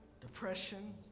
Depression